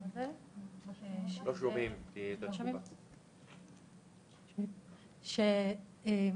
הזה שהוא בעצמו נותן כמו הכרה לאוכלוסייה שאולי הכי שקופה